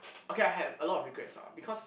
okay I had a lot of regrets ah because